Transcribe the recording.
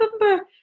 remember